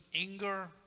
anger